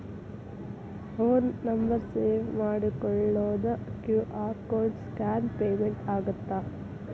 Phone number save ಮಾಡಿಕೊಳ್ಳದ QR code scan payment ಆಗತ್ತಾ?